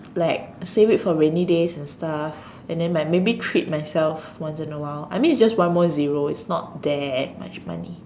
like save it for rainy days and stuff and then maybe treat myself once in a while I mean it's just one more zero it's not that much money